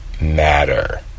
matter